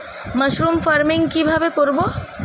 Mushroom farming কি ভাবে করব?